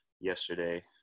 yesterday